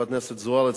חברת הכנסת זוארץ,